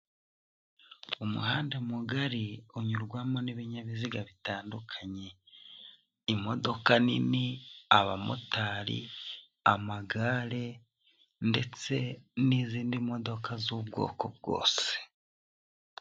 Umuhanda mugari unyurwamo n'ibinyabiziga bitandukanye, imodoka nini, abamotari, amagare ndetse n'izindi modoka z'ubwoko bwose.